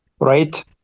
right